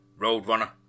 Roadrunner